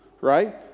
right